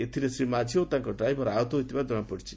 ଏଥିରେ ଶ୍ରୀ ମାଝି ଓ ତାଙ୍କ ଡ୍ରାଇଭର ଆହତ ହୋଇଥିବା ଜଶାପଡ଼ିଛି